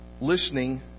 listening